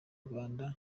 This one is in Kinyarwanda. rwanda